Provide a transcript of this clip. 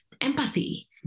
empathy